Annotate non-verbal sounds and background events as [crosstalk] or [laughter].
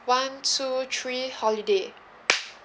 one two three [noise] holiday